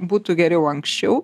būtų geriau anksčiau